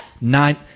Nine